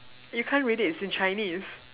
you can't read it it's in Chinese